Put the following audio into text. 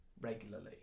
regularly